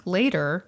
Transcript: later